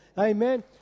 Amen